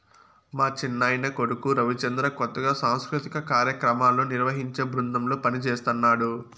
మా చిన్నాయన కొడుకు రవిచంద్ర కొత్తగా సాంస్కృతిక కార్యాక్రమాలను నిర్వహించే బృందంలో పనిజేస్తన్నడు